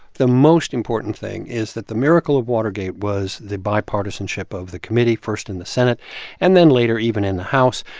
the most important thing is that the miracle of watergate was the bipartisanship of the committee first in the senate and then later even in the house,